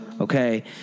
Okay